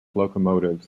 locomotives